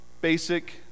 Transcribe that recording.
basic